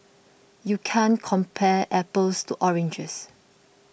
you can't compare apples to oranges